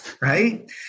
Right